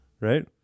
Right